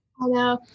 Hello